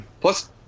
plus